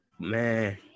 man